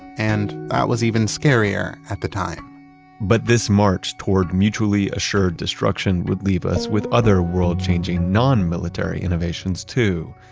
and that was even scarier at the time but this march toward mutually assured destruction would leave us with other world-changing non-military innovations too,